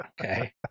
Okay